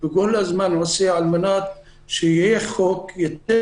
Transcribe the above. וכל הזמן --- על מנת שיהיה חוק שייתן